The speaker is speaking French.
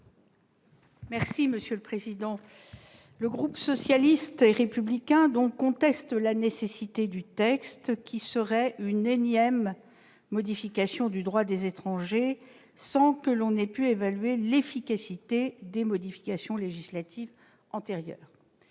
du Gouvernement ? Le groupe socialiste et républicain conteste la nécessité du projet de loi, qui serait une énième modification du droit des étrangers, opérée sans qu'on ait pu évaluer l'efficacité des modifications législatives antérieures.